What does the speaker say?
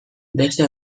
beste